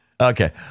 Okay